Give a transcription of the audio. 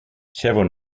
several